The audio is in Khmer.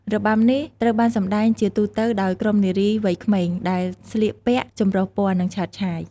របាំនេះត្រូវបានសម្តែងជាទូទៅដោយក្រុមនារីវ័យក្មេង ដែលស្លៀកពាក់ចម្រុះពណ៌ និងឆើតឆាយ។